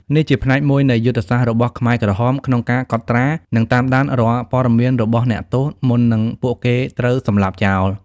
នេះជាផ្នែកមួយនៃយុទ្ធសាស្ត្ររបស់ខ្មែរក្រហមក្នុងការកត់ត្រា និងតាមដានរាល់ព័ត៌មានរបស់អ្នកទោស មុននឹងពួកគេត្រូវសម្លាប់ចោល។